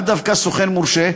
לאו דווקא סוכן מורשה,